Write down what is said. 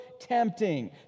tempting